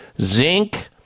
zinc